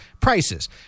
prices